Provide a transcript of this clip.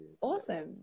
Awesome